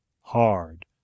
hard